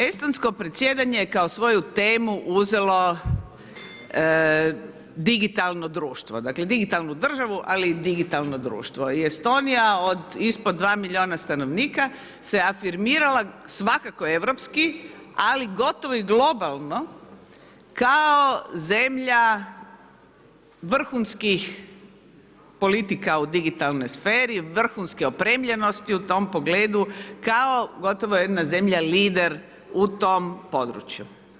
Estonsko predsjedanje je kao svoju temu uzelo digitalno društvo, dakle digitalnu državu, ali digitalno društvo i Estonija od ispod 2 milijuna stanovnika se afirmirala svakako europski, ali gotovo i globalno kao zemlja vrhunskih politika u digitalnoj sferi, vrhunske opremljenosti, u tom pogledu kao gotovo jedna zemlja lider u tom području.